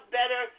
better